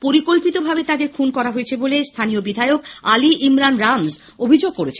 পরিকল্পিতভাবে তাদের খুন করা হয়েছে বলে স্থানীয় বিধায়ক আলি ইমরান রামজ অভিযোগ করেছেন